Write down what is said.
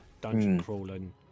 dungeon-crawling